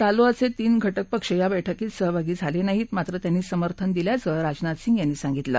रालोआचत्रीन सहयोगी पक्ष या बैठकीत सहभागी झालत्राहीत मात्र त्यांनी समर्थन दिल्याचं राजनाथ सिंह यांनी सांगितलं